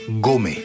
Gome